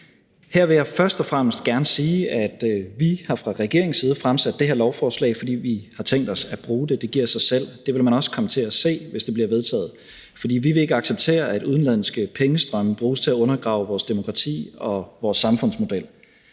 Her vil jeg først og fremmest gerne sige, at vi fra regeringens side har fremsat det her lovforslag, fordi vi har tænkt os at bruge det. Det giver sig selv. Det vil man også komme til at se, hvis det bliver vedtaget. For vi vil ikke acceptere, at udenlandske pengestrømme bruges til at undergrave vores demokrati og vores samfundsmodel.